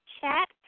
Chat